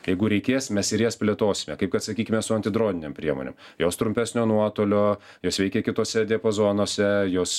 jeigu reikės mes ir jas plėtosime kaip kad sakykime su atidroninėm priemonėm jos trumpesnio nuotolio jos veikia kituose diapazonuose jos